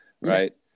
Right